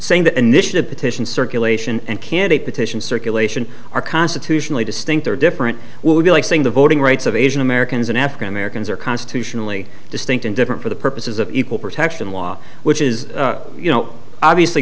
saying that initiative petition circulation and can a petition circulation are constitutionally distinct or different would be like saying the voting rights of asian americans and african americans are constitutionally distinct and different for the purposes of equal protection law which is you know obviously